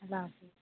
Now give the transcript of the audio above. اللہ حافظ